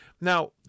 Now